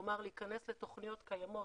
כלומר להיכנס לתוכניות קיימות